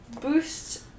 boost